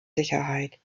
sicherheit